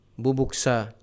bubuksa